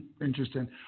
Interesting